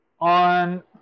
on